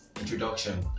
introduction